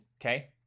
Okay